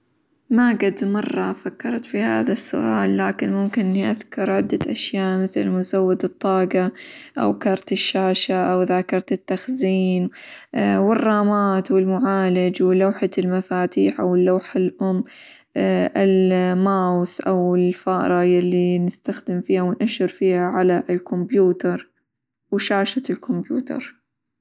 ما قد مرة فكرت في هذا السؤال لكن ممكن إني أذكر عدة أشياء مثل:- مزود الطاقة، أو كارت الشاشة، أو ذاكرة التخزين، والرامات، والمعالج، ولوحة المفاتيح، أو اللوحة الأم الماوس، أو الفأرة يللي نستخدم -فيها- ونأشر فيها على الكمبيوتر، وشاشة الكمبيوتر.